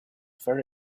very